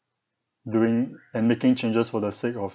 doing and making changes for the sake of